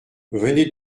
venez